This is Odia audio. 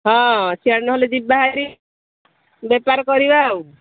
ହଁ ସିଆଡ଼େ ନହେଲେ ଯିବା ହେରି ବେପାର କରିବା ଆଉ